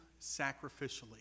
sacrificially